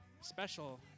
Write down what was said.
special